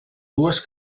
dues